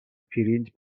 پرینت